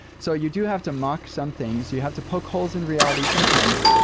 so you do have to mock some things. you have to poke holes in reality sometimes.